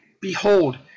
behold